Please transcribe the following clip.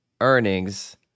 earnings